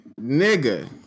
nigga